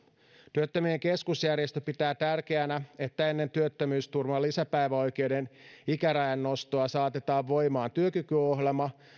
työttömien keskusjärjestö pitää tärkeänä että ennen työttömyysturvan lisäpäiväoikeuden ikärajan nostoa saatetaan voimaan työkykyohjelma